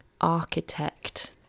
architect